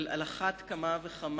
אבל על אחת כמה וכמה